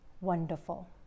wonderful